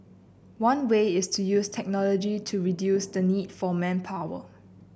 one way is to use technology to reduce the need for manpower